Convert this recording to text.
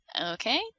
Okay